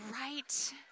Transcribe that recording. right